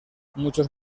muchos